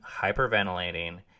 hyperventilating